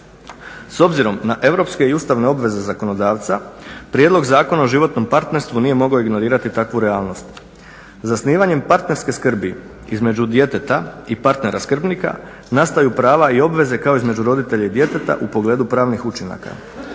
S obzirom na europske i ustavne obveze zakonodavca prijedlog Zakona o životnom partnerstvu nije mogao ignorirati takvu realnost. Zasnivanjem parterske skrbi između djeteta i partera skrbnika nastaju prava i obveze kao između roditelja i djeteta u pogledu pravnih učinaka.